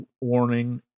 warning